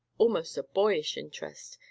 almost a boyish interest,